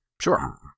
Sure